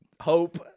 hope